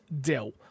deal